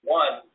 one